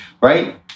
right